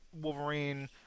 Wolverine